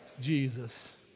Jesus